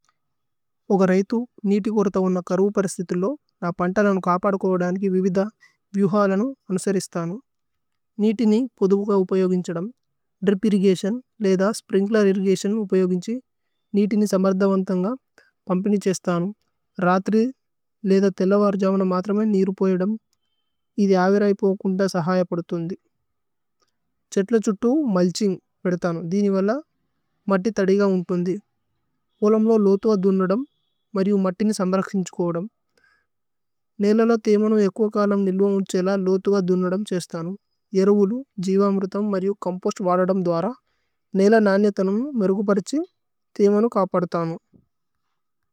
ഒന്ന് രൈതു, നിതി കുര്ത ഉന്ന കരു പ്രസിതില് ലോ, ന പന്തലനു കപദുകോവദാന് കി വിവിദ വിഏവ് ഹലനു അനുസരിസ്ഥാനു। നിതി നി പോദുബുഖ ഉപയോഗിന് ഛദമ്, ദ്രിപ് ഇര്രിഗതിഓന്, ലേധ സ്പ്രിന്ക്ലേര് ഇര്രിഗതിഓന് ഉപയോഗിന് ഛദമ്, നിതി നി സമരധാന് തന്ഗ പമ്പിനി ഛശ്ഥാനു। രഥ്രി, ലേധ തേല്ലവര് ജവനു മത്രമേ നിരുപയോഗിന് ഛദമ്।